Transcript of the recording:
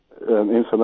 information